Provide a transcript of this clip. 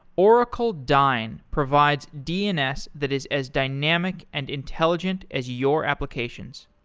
oracle dyn provides dns that is as dynamic and intelligent as your applications.